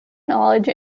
knowledge